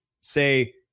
Say